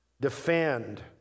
defend